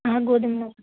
గోధుమ నూక